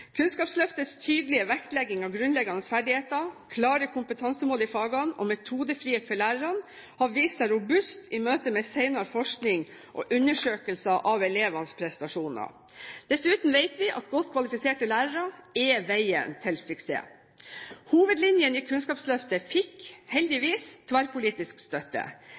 Kunnskapsløftets tydelige vektlegging av grunnleggende ferdigheter, klare kompetansemål i fagene og metodefrihet for lærerne har vist seg robust i møte med senere forskning og undersøkelser av elevenes prestasjoner. Dessuten vet vi at godt kvalifiserte lærere er veien til suksess. Hovedlinjene i Kunnskapsløftet fikk heldigvis tverrpolitisk støtte.